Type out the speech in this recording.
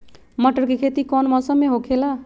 मटर के खेती कौन मौसम में होखेला?